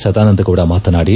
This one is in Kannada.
ಸದಾನಂದಗೌಡ ಮಾತನಾಡಿ